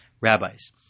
rabbis